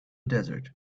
desert